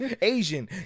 asian